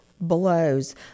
blows